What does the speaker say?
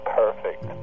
perfect